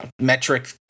metric